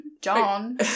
John